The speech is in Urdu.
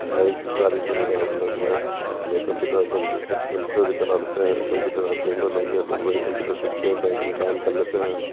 بینک کی ساری سویدھا اپلبدھ ہے لوگ کمپیوٹر بھی چلا لیتے ہیں کمپیوٹر اب جنرل ہو گیا ہے لوگ وہی کمپیوٹر سیکھ کے بینک میں کام کر لیتے ہیں